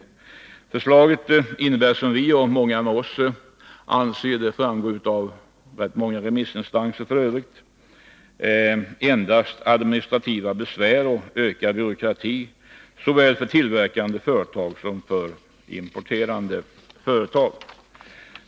Förslaget innebär enligt vår och andras uppfattning — det framgår f. ö. av många remissutlåtanden — endast administrativa besvär och ökad byråkrati såväl för tillverkande som för importerande företag.